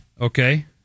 Okay